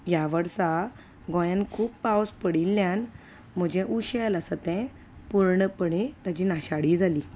ह्या वर्सा गोंयान खूब पावस पडिल्ल्यान म्हजें उशेल आसा तें पूर्णपणी ताजी नाशाडी जाली